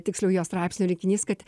tiksliau jo straipsnių rinkinys kad